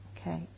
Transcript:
Okay